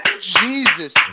Jesus